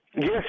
Yes